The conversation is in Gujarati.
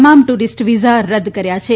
તમામ ટુરીસ્ટ વિઝા રદ કર્યા છે